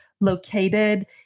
located